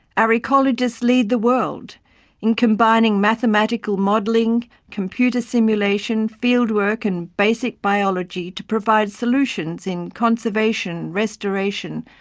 our ecologists lead the world in combining mathematical modelling, computer simulation, fieldwork, and basic biology to provide solutions in conservation, restoration,